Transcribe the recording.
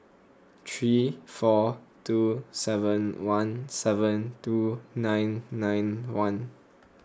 three four two seven one seven two nine nine one